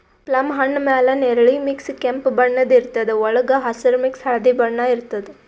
plum ಹಣ್ಣ್ ಮ್ಯಾಲ್ ನೆರಳಿ ಮಿಕ್ಸ್ ಕೆಂಪ್ ಬಣ್ಣದ್ ಇರ್ತದ್ ವಳ್ಗ್ ಹಸ್ರ್ ಮಿಕ್ಸ್ ಹಳ್ದಿ ಬಣ್ಣ ಇರ್ತದ್